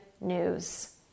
news